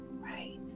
Right